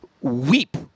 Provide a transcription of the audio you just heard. weep